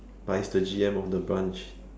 but he's the G_M of the branch